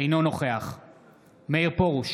אינו נוכח מאיר פרוש,